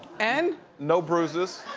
and? no bruises.